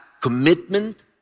commitment